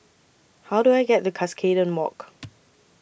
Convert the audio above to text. How Do I get The Cuscaden Walk